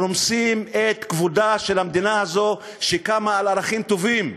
רומסים את כבודה של המדינה הזאת שקמה על ערכים טובים.